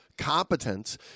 Competence